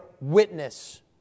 witness